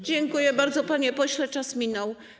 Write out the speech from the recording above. Dziękuję bardzo, panie pośle, czas minął.